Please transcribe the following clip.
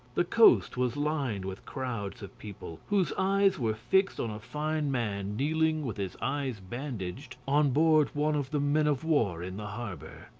the coast was lined with crowds of people, whose eyes were fixed on a fine man kneeling, with his eyes bandaged, on board one of the men of war in the harbour.